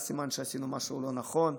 זה סימן שעשינו משהו לא נכון.